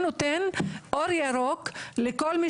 מה שנותן אור ירוק לכל מי